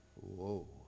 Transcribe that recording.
whoa